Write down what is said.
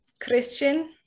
Christian